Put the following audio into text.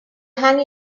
hang